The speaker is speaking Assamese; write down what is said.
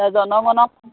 জণগণ